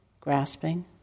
grasping